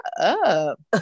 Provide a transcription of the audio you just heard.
up